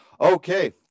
Okay